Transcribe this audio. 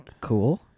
cool